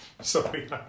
Sorry